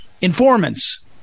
informants